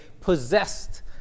possessed